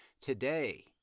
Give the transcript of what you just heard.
Today